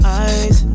eyes